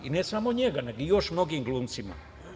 I ne samo njega nego i još mnogim glumcima.